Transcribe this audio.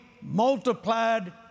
multiplied